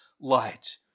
light